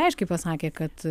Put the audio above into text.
aiškiai pasakė kad